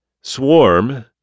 Swarm